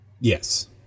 Yes